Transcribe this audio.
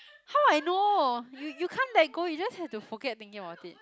how I know you can't let go you just have to forget thinking about it